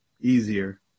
easier